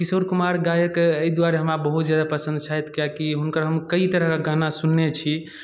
किशोर कुमार गायक एहि दुआरे हमरा बहुत जादा पसन्द छथि किएकि हुनकर हम कइ तरहक गाना सुनने छी